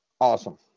Awesome